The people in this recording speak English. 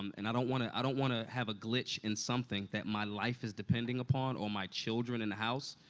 um and i don't want to i don't want to have a glitch in something that my life is depending upon, or my children in the house,